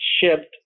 shipped